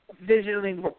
visually